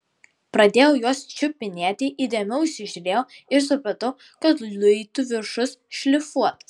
pradėjau juos čiupinėti įdėmiau įsižiūrėjau ir supratau kad luitų viršus šlifuotas